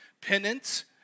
penance